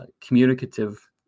communicative